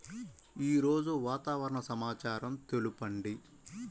ఈరోజు వాతావరణ సమాచారం తెలుపండి